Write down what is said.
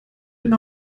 den